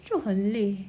就很累